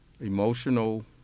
emotional